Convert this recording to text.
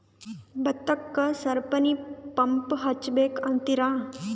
ಭತ್ತಕ್ಕ ಸರಪಣಿ ಪಂಪ್ ಹಚ್ಚಬೇಕ್ ಅಂತಿರಾ?